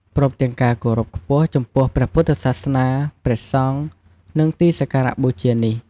ព្រមទាំងការគោរពខ្ពស់បំផុតចំពោះព្រះពុទ្ធសាសនា ព្រះសង្ឃ និងទីសក្ការបូជានេះ។